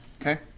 okay